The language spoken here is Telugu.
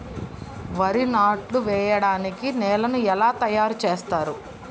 వరి నాట్లు వేయటానికి నేలను ఎలా తయారు చేస్తారు?